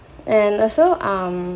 and also um